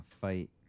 fight